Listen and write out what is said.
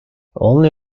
only